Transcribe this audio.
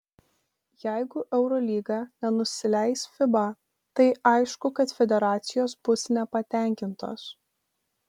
jeigu eurolyga nenusileis fiba tai aišku kad federacijos bus nepatenkintos